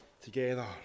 together